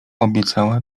obiecała